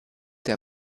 der